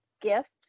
gift